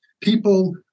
people